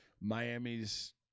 Miami's